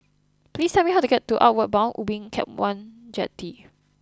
please tell me how to get to Outward Bound Ubin Camp one Jetty